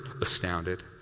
astounded